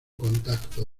contacto